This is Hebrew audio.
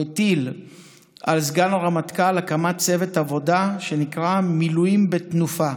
הוא הטיל על סגן הרמטכ"ל הקמת צוות עבודה שנקרא "מילואים בתנופה",